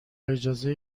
اجازه